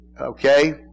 okay